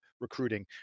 recruiting